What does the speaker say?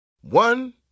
One